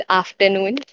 afternoon